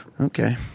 Okay